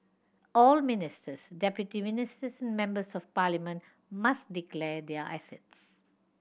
all ministers deputy ministers and members of parliament must declare their assets